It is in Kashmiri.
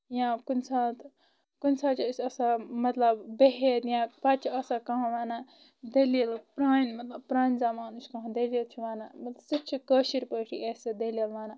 یا کُنہِ ساتہٕ کُنہِ ساتہٕ چھُ أسۍ آسان مطلب بہِتھ یا بچہِ آسان کانٛہہ ونان دلیٖل پرانہِ مطلب پرانہِ زمانٕچ کانٛہہ دلیٖل چھُ ونان مطلب سُہ چھِ کٲشِر پٲٹھۍ سۄ دلیٖل ونان